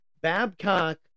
Babcock